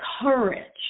courage